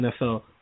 NFL